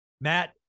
Matt